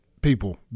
people